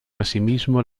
asimismo